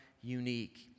unique